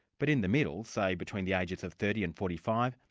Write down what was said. but in the middle, say between the ages of thirty and forty five,